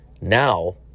Now